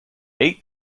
eight